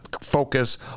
focus